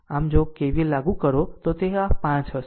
આમ જો KVL લાગુ કરો તો તે આ 5 હશે